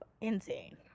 insane